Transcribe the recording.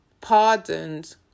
pardoned